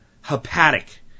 Hepatic